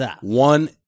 one